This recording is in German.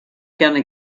gerne